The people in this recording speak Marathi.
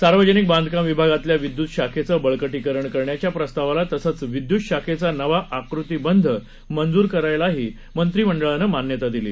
सार्वजनिक बांधकाम विभागातल्या विद्युत शाखेचं बळकटीकरण करण्याच्या प्रस्तावाला तसंच या विदयूत शाखेचा नवा आकृतीबंध मंजूर करायलाही मंत्रिमंडळानं मान्यता दिली